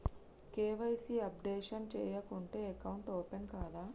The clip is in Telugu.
కే.వై.సీ అప్డేషన్ చేయకుంటే అకౌంట్ ఓపెన్ కాదా?